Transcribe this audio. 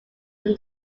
from